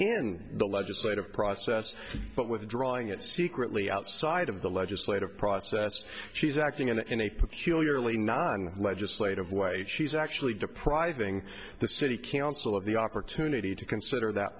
in the legislative process but withdrawing it secretly outside of the legislative process she's acting in a peculiarly non legislative way she's actually depriving the city council of the opportunity to consider that